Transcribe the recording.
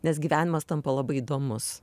nes gyvenimas tampa labai įdomus